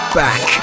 back